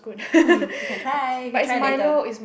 you can try you can try later